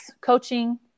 coaching